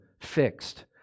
fixed